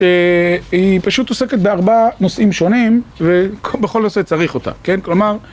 היא פשוט עוסקת בארבעה נושאים שונים, ובכל נושא צריך אותה, כן? כלומר...